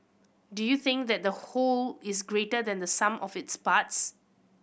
do you think that the whole is greater than the sum of its parts